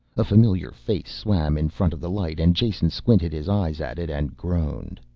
a familiar face swam in front of the light and jason squinted his eyes at it and groaned.